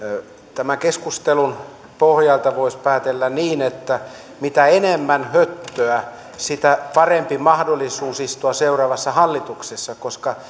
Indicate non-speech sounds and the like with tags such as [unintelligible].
tämän keskustelun pohjalta voisi päätellä niin että mitä enemmän höttöä sitä parempi mahdollisuus istua seuraavassa hallituksessa koska [unintelligible]